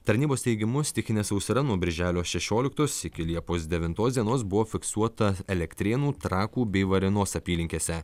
tarnybos teigimu stichinė sausra nuo birželio šešioliktos iki liepos devintos dienos buvo fiksuota elektrėnų trakų bei varėnos apylinkėse